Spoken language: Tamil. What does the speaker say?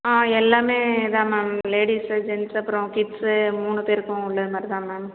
எல்லாம் தான் மேம் லேடீஸு ஜென்ஸு அப்புறம் கிட்ஸு மூணு பேருக்கும் உள்ளது மாதிரிதான் மேம்